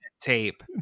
tape